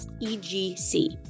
E-G-C